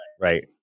right